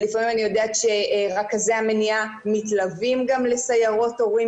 לפעמים אני יודעת שרכזי המניעה מתלווים גם לסיירות הורים